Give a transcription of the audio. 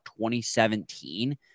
2017